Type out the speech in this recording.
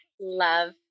love